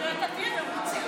אתה תהיה מרוצה.